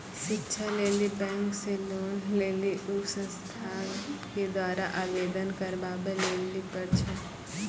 शिक्षा लेली बैंक से लोन लेली उ संस्थान के द्वारा आवेदन करबाबै लेली पर छै?